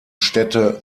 städte